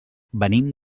venim